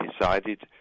decided